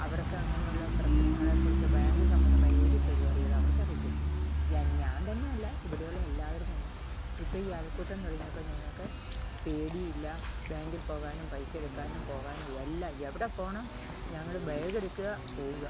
അവർക്കങ്ങനെയുള്ള പ്രശ്നങ്ങളെ കുറിച്ച് ബാങ്ക് സംബന്ധമായി ഒരു പരിപാടികൾ അവർക്കറിയത്തില്ല ഞാൻ തന്നെയെല്ല ഇവിടെയുള്ള എല്ലാവരും തന്നെ ഇപ്പം ഈ അയൽക്കൂട്ടം തുടങ്ങിയപ്പം ഞങ്ങൾക്ക് പേടിയില്ല ബാങ്കിൽ പോകാനും പൈസ എടുക്കാനും പോകാനും എല്ലാം എവിടെ പോകണം ഞങ്ങള് ബാഗ് എടുക്കുക പോകുക